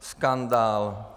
Skandál!